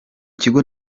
kigo